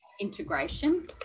integration